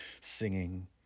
singing